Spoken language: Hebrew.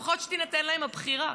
לפחות שתינתן להם הבחירה.